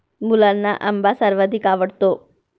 मुलांना आंबा सर्वाधिक आवडतो